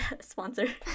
sponsored